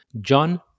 John